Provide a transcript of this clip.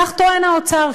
כך טוען האוצר,